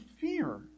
fear